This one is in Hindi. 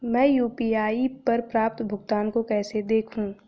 मैं यू.पी.आई पर प्राप्त भुगतान को कैसे देखूं?